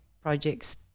projects